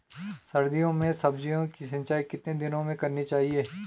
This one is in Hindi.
सर्दियों में सब्जियों की सिंचाई कितने दिनों में करनी चाहिए?